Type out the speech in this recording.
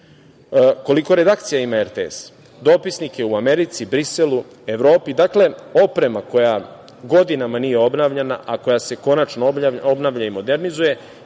Koliko redakcija ima RTS? Ima dopisnike u Americi, Briselu, Evropi. Dakle, oprema koja godinama nije obnavljana, a koja se konačno obnavlja i modernizuje.